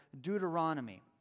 Deuteronomy